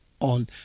on